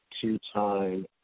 two-time